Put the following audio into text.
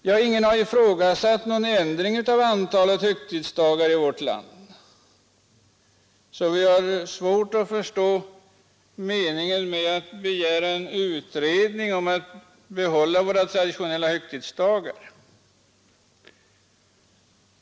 Men ingen har ju ifrågasatt någon ändring av antalet högtidsdagar i vårt land, varför vi har svårt att förstå meningen med att begära en utredning om att vi skall få behålla våra traditionella högtidsdagar.